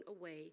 away